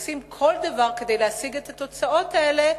ועושים כל דבר כדי להשיג את התוצאות האלה,